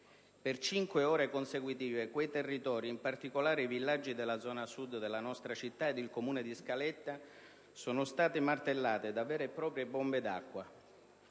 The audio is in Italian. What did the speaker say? Per cinque ore consecutive quei territori, in particolare i villaggi della zona sud della nostra città ed il comune di Scaletta, sono stati martellati da vere e proprie bombe d'acqua.